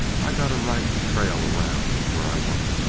i got a right to trail around where i want.